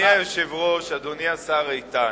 אדוני היושב-ראש, אדוני השר איתן,